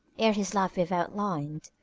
ere his life we've outlined,